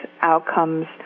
outcomes